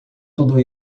tudo